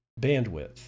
bandwidth